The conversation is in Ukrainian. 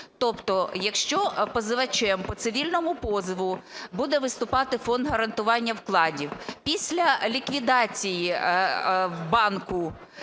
Тобто якщо позивачем по цивільному позову буде виступати Фонд гарантування вкладів, після ліквідації банку